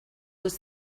was